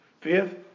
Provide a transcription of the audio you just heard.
Fifth